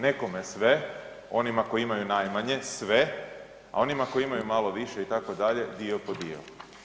Nekome sve, onima koji imaju najmanje sve, a oni koji imaju malo više itd. dio po dio.